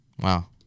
Wow